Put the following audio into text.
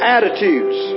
Attitudes